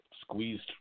squeezed